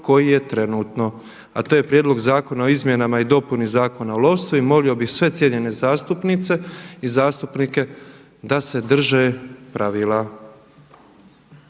koji je trenutno, a to je Prijedlog zakona o izmjeni i dopuni Zakona o lovstvu i molio bih sve cijenjene zastupnice i zastupnike da se drže pravila.